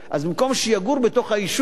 אז במקום שיגור בתוך האישור,